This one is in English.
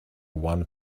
one